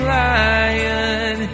lion